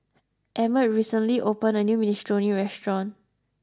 Emmett recently opened a new Minestrone restaurant